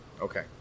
Okay